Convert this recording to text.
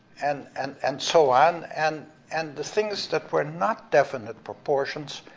and and and so on, and and the things that were not definite proportions,